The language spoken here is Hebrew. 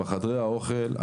בחדרי האוכל,